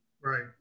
Right